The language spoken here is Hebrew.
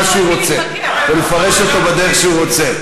שהוא רוצה ולפרש אותו בדרך שהוא רוצה.